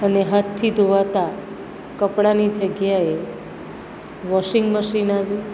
અને હાથથી ધોવાતાં કપડાંની જગ્યાએ વોશિંગ મશીન આવ્યું